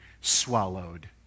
swallowed